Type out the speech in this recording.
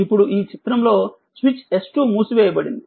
ఇప్పుడు ఈ చిత్రంలో స్విచ్ S2 మూసివేయబడింది